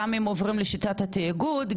גם אם עוברים לשיטת התיאגוד,